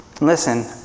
Listen